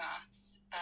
maths